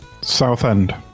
Southend